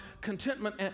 contentment